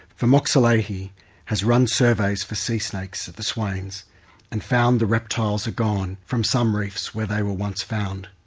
vimoksalehi has run surveys for sea snakes at the swains and found the reptiles are gone from some reefs where they were once found.